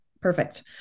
Perfect